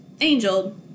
Angel